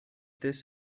this